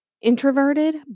introverted